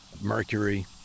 mercury